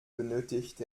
benötigt